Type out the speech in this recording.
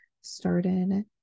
started